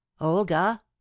olga